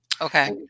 Okay